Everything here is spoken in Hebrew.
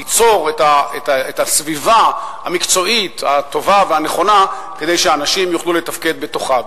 ליצור את הסביבה המקצועית הטובה והנכונה כדי שאנשים יוכלו לתפקד בתוכה.